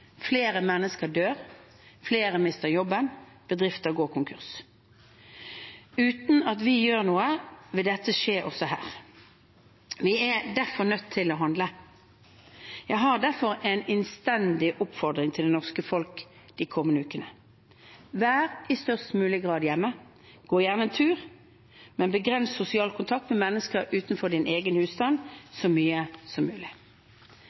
Flere mennesker dør. Flere mister jobben. Bedrifter går konkurs. Uten at vi gjør noe, vil dette skje også her. Vi er derfor nødt til å handle, og jeg har derfor en innstendig oppfordring til det norske folk for de kommende ukene: Vær i størst mulig grad hjemme. Gå gjerne en tur. Men begrens sosial kontakt med mennesker utenfor din egen husstand så mye som mulig.